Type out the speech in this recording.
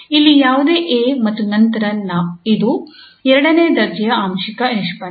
ಇಲ್ಲಿ ಯಾವುದೇ 𝐴 ಮತ್ತು ನಂತರ ಇದು ಎರಡನೇ ದರ್ಜೆಯ ಆಂಶಿಕ ನಿಷ್ಪನ್ನ